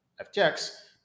FTX